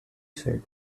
said